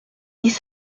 dix